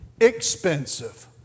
expensive